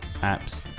apps